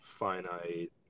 finite